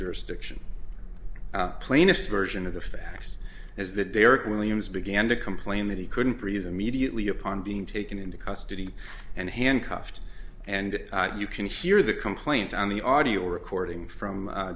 jurisdiction plaintiff's version of the facts is that derek williams began to complain that he couldn't breathe immediately upon being taken into custody and handcuffed and you can hear the complaint on the audio recording from